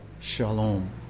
Shalom